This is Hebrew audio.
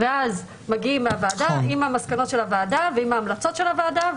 ואז מגיעים לוועדה עם המסקנות של הוועדה ועם ההמלצות של הוועדה,